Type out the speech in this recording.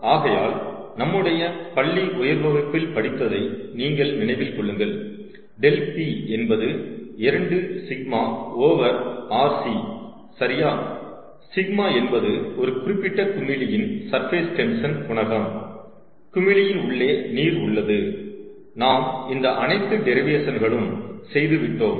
ஆகையால் நம்முடைய பள்ளி உயர் வகுப்பில் படித்ததை நீங்கள் நினைவில் கொள்ளுங்கள் ∆P என்பது 2 𝜎 ஓவர் rc சரியா 𝜎 என்பது ஒரு குறிப்பிட்ட குமிழியின் சர்ஃபேஸ் டென்ஷன் குணகம் குமிழியின் உள்ளே நீர் உள்ளது நாம் இந்த அனைத்து டெரிவேஷன்களும் செய்து விட்டோம்